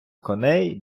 коней